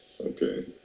Okay